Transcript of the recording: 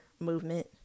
movement